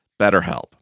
BetterHelp